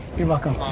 you're welcome.